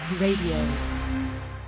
Radio